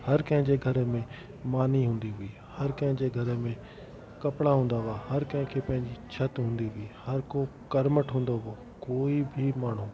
हर कंहिंजे घर में मानी हूंदी हुई हर कंहिंजे घर में कपिड़ा हूंदा हुआ हर कंहिंखे पंहिंजी छति हूंदी हुई हर को कर्महठि हूंदो हुओ कोई बि माण्हू